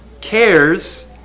cares